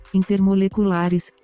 intermoleculares